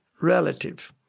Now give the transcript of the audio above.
relative